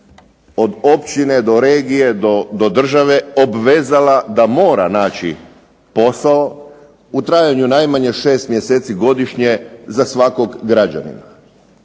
od općine do regije do države obvezala da mora naći posao u trajanju najmanje 6 mjeseci godišnje za svakog građanina.